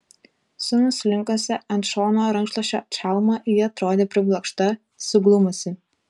su nuslinkusia ant šono rankšluosčio čalma ji atrodė priblokšta suglumusi